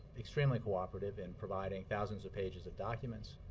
extremely cooperative in providing thousands of pages of documents.